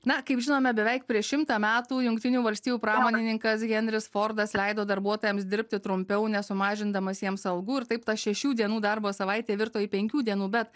na kaip žinome beveik prieš šimtą metų jungtinių valstijų pramonininkas henris fordas leido darbuotojams dirbti trumpiau nesumažindamas jiems algų ir taip ta šešių dienų darbo savaitė virto į penkių dienų bet